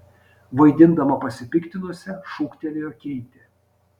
vaidindama pasipiktinusią šūktelėjo keitė